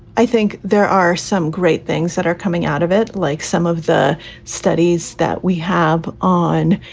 i think there are some great things that are coming out of it, like some of the studies that we have on,